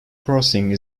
crossings